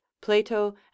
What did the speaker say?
plato